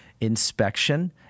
inspection